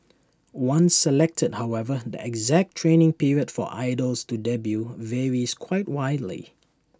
once selected however the exact training period for idols to debut varies quite widely